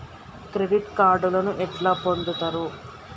Credit కార్డులను ఎట్లా పొందుతరు?